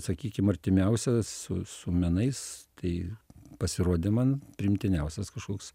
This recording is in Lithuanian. sakykim artimiausias su su menais tai pasirodė man priimtiniausias kažkoks